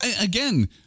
Again